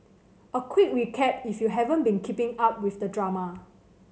a quick recap if you haven't been keeping up with the drama